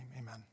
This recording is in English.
Amen